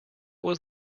was